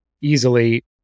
easily